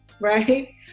right